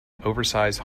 oversize